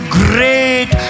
great